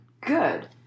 good